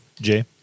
Jay